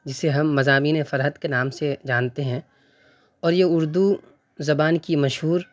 جسے ہم مضامین فرحت کے نام سے جانتے ہیں اور یہ اردو زبان کی مشہور